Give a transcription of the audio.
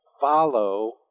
Follow